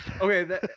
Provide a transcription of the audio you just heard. Okay